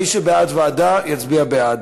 מי שבעד ועדה יצביע בעד,